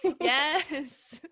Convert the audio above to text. Yes